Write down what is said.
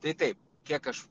tai taip kiek aš